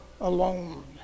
alone